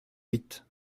huit